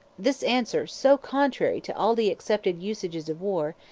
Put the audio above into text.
this answer, so contrary to all the accepted usages of war,